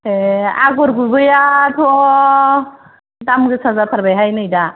ए आगरगुबैयाथ' दाम गोसा जाथारबायहाय नै दा